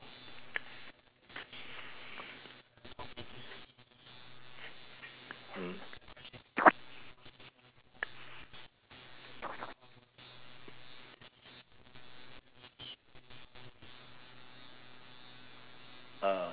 mm uh